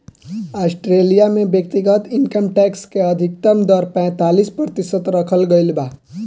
Australia में व्यक्तिगत income tax के अधिकतम दर पैतालीस प्रतिशत रखल गईल बा